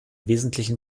wesentlichen